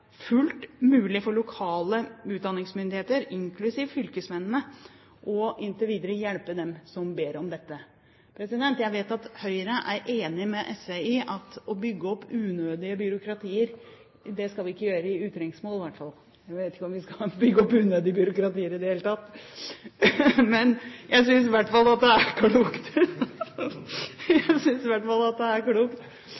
fullt mulig for lokale utdanningsmyndigheter, inklusiv fylkesmennene, inntil videre å hjelpe dem som ber om dette. Jeg vet at Høyre er enig med SV i at å bygge opp unødige byråkratier skal vi ikke gjøre i utrengsmål, i hvert fall – jeg vet ikke om vi skal bygge opp unødige byråkratier i det hele tatt! Men jeg synes i hvert fall at det er klokt,